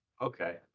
okay